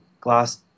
Glass